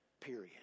Period